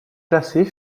classés